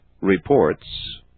reports